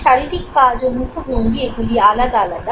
শারীরিক কাজ ও মুখভঙ্গী এগুলি আলাদা আলাদা